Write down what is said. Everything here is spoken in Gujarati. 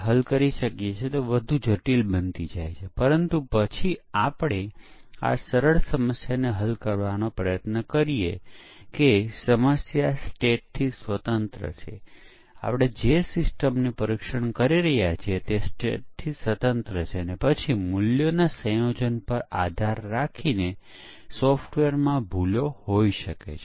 સોફ્ટવેરની પરીક્ષણ મોટી સંખ્યામાં પરીક્ષણ કેસોની મદદથી કરવામાં આવે છે જે કેટલાક પરીક્ષણ વ્યૂહરચનાના આધારે રચાયેલ છે